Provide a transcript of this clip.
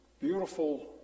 beautiful